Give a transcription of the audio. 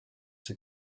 sie